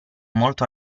molto